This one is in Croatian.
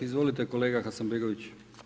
Izvolite kolega Hasanbegović.